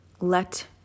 Let